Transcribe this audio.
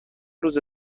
روز